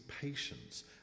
patience